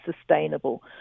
sustainable